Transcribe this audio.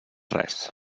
res